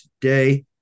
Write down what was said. today